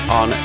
on